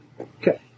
Okay